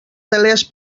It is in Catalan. telers